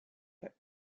but